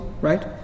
right